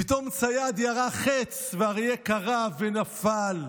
פתאום צייד ירה חץ, והאריה כרע ונפל.